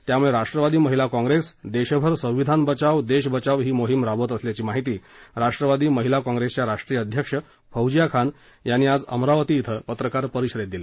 त्यामुळे राष्ट्यादी महिला काँप्रेस देशभर संविधान बचाव देश बचाव ही मोहिम राबवित असल्याची माहिती राष्ट्रवादी महिला कॉंग्रेसच्या राष्ट्रीय अध्यक्षा फौजीया खान यांनी आज अमरावती िं पत्रकार परिषदेत दिली